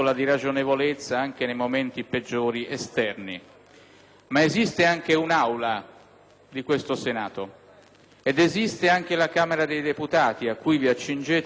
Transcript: Ma esiste anche un'Aula di questo Senato ed esiste anche la Camera dei deputati presso cui vi accingete, evidentemente, a porre di nuovo la fiducia.